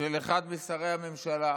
של אחד משרי הממשלה,